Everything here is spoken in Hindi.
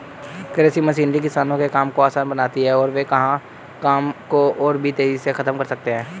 कृषि मशीनरी किसानों के काम को आसान बनाती है और वे वहां काम को और भी तेजी से खत्म कर सकते हैं